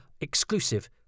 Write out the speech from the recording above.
exclusive